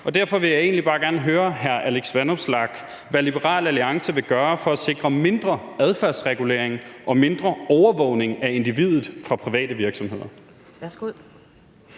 Derfor vil jeg egentlig bare gerne høre hr. Alex Vanopslagh, hvad Liberal Alliance vil gøre for at sikre mindre adfærdsregulering og mindre overvågning af individet fra private virksomheder.